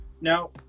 Now